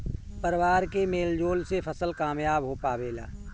परिवार के मेल जोल से फसल कामयाब हो पावेला